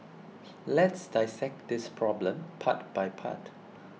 let's dissect this problem part by part